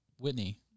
Whitney